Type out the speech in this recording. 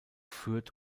fürth